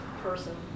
person